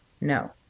No